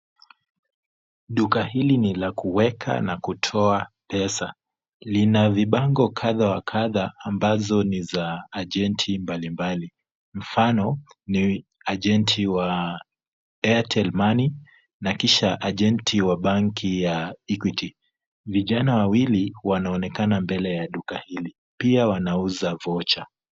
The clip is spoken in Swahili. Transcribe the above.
Duka hili ni la kuweka na kutoa pesa. Lina vibango kadha wa kadha ambazo ni za [c]agenti[c] mbalimbali. Mifano ni [c]agenti[c] wa Airtel Money na kisha agenti wa banki ya Equity. Vijana wawili wanaonekana mbele ya duka hili. Pia wanauza vocha.